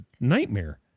nightmare